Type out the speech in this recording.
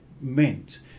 meant